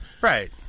Right